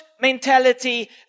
mentality